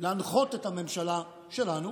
להנחות את הממשלה שלנו